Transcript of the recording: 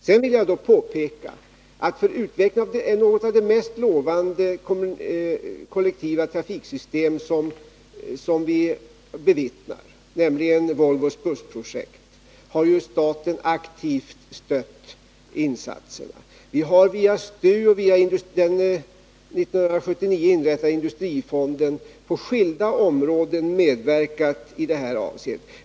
Sedan vill jag påpeka att vid utvecklingen av det mest lovande kollektivtrafiksystem som vi har bevittnat, nämligen Volvos bussprojekt, har staten aktivt stött insatserna. Vi har via STU och den 1979 inrättade industrifonden på skilda områden medverkat i det här avseendet.